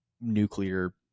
nuclear